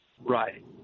right